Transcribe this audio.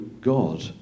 God